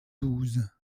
douze